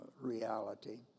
reality